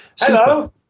Hello